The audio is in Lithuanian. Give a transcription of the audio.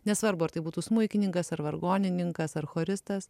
nesvarbu ar tai būtų smuikininkas ar vargonininkas ar choristas